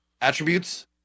attributes